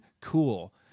cool